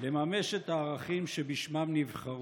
לממש את הערכים שבשמם הם נבחרו.